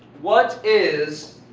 what is.